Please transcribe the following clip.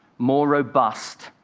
more robust,